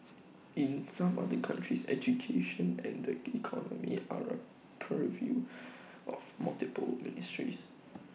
in some other countries education and the economy are purview of multiple ministries